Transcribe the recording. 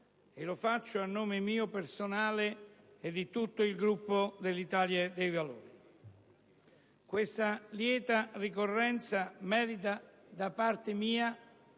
e lo faccio a nome mio personale e di tutto il Gruppo dell'Italia dei Valori. Questa lieta ricorrenza merita da parte mia